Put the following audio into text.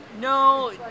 No